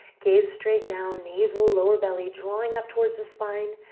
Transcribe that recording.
gaze straight down. navel, lower belly drawing up towards the spine.